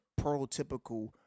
prototypical